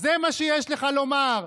זה מה שיש לכם לומר.